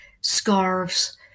scarves